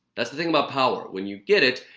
that's the thing about power. when you get it,